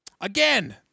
Again